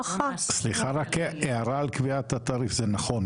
סליחה ההערה על קביעת התעריף זה נכון,